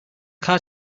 car